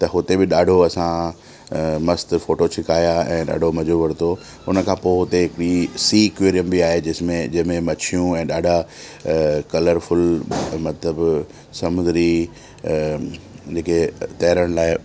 त हुते बि ॾाढो असां मस्तु फोटो छिकाया ऐं ॾाढो मजो वरितो हुनखां पोइ हुते बि सी अक्वेरियम बि आहे जिस में जंहिंमें मछियूं ऐं ॾाढा कलरफुल मतिलब समुंद्री जेके तरण लाइ